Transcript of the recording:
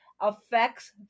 affects